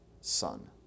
son